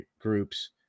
groups